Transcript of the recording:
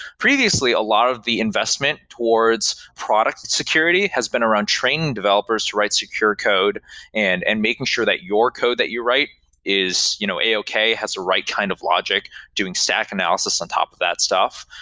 previously, a lot of the investment towards product security has been around training developers to write secure code and and making sure that your code that you write is you know a okay, has the right kind of logic doing stack analysis on top of that stuff.